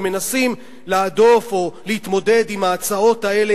ומנסים להדוף או להתמודד עם ההצעות האלה,